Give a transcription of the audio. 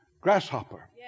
grasshopper